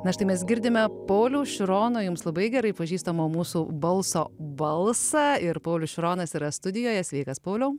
na štai mes girdime pauliaus širono jums labai gerai pažįstamo mūsų balso balsą ir paulius šironas yra studijoje sveikas pauliau